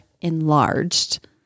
enlarged